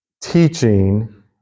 teaching